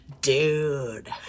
dude